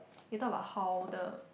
they talk about how the